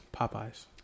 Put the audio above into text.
Popeye's